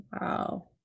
Wow